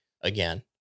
again